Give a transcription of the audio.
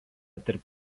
tarp